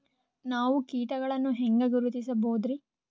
ನಾವು ಕೀಟಗಳನ್ನು ಹೆಂಗ ಗುರುತಿಸಬೋದರಿ?